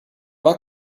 war